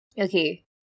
Okay